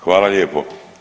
Hvala lijepo.